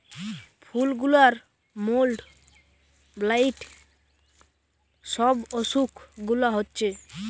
ফুল গুলার mould, blight সব অসুখ গুলা হচ্ছে